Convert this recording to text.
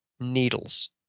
needles